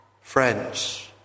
Friends